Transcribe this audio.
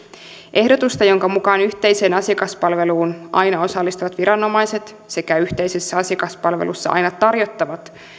ehdotusta jonka mukaan yhteiseen asiakaspalveluun aina osallistuvat viranomaiset sekä yhteisessä asiakaspalvelussa aina tarjottavat